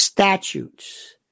statutes